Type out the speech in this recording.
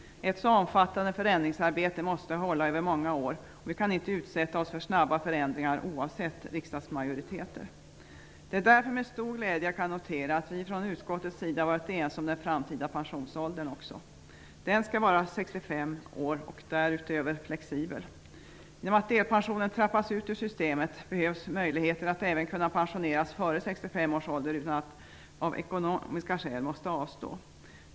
Ett så omfattande förändringsarbete måste hålla över många år. Vi kan inte utsätta oss för snabba förändringar oavsett riksdagsmajoritet. Det är därför med stor glädje jag kan notera att vi från utskottets sida varit ense om den framtida pensionsåldern. Den skall vara 65 år och därutöver flexibel. Genom att delpensionen trappas ut ur systemet behövs möjligheter att även kunna pensioneras före 65 års ålder utan att av ekonomiska skäl tvingas avstå.